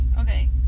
Okay